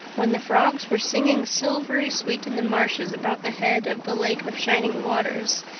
when the frogs were singing silverly sweet in the marshes about the head of the lake of shining waters,